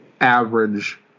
average